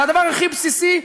זה הדבר הכי בסיסי,